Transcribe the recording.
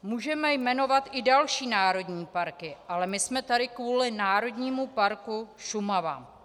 Můžeme jmenovat i další národní parky, ale my jsme tady kvůli Národnímu parku Šumava.